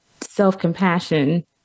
self-compassion